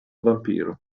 vampiro